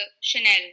Chanel